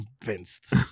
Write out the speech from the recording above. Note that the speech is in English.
convinced